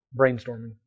brainstorming